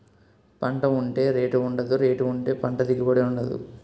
పంట ఉంటే రేటు ఉండదు, రేటు ఉంటే పంట దిగుబడి ఉండదు